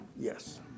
Yes